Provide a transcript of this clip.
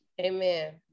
Amen